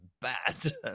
bad